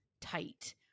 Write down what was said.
tight